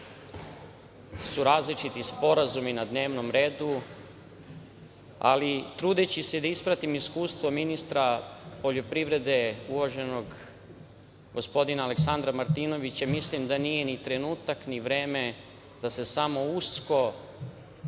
su različiti sporazumi na dnevnom redu, ali trudeći se da ispratim iskustvo ministra poljoprivrede, uvaženog gospodina Aleksandra Martinovića, mislim da nije ni trenutak, ni vreme da se samo usko